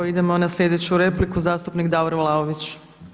Idemo na sljedeću repliku, zastupnik Davor Vlaović.